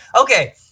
Okay